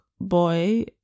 boy